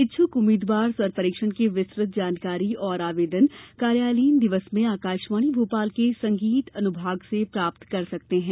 इच्छुक उम्मीदवार स्वर परीक्षण की विस्तृत जानकारी और आवेदन कार्यालयीन दिवस में आकाशवाणी भोपाल के संगीत अनुभाग से प्राप्त कर सकते हैं